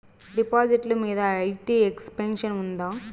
డిపాజిట్లు మీద IT exemption ఉందా?